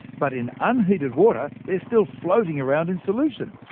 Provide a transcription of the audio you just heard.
but in unheated water they're still floating around in solution.